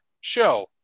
show